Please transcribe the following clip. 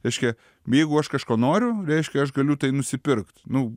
reiškia jeigu aš kažko noriu reiškia aš galiu tai nusipirkt nu